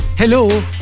Hello